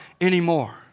anymore